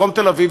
בדרום תל-אביב,